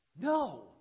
No